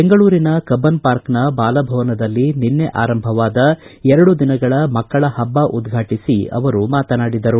ಬೆಂಗಳೂರಿನ ಕಬ್ಬನ್ ಪಾರ್ಕ್ನ ಬಾಲ ಭವನದಲ್ಲಿ ನಿನ್ನೆ ಆರಂಭವಾದ ಎರಡು ದಿನಗಳ ಮಕ್ಕಳ ಹಬ್ಬ ಉದ್ಘಾಟಿಸಿ ಅವರು ಮಾತನಾಡಿದರು